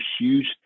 huge